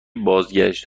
بازگشت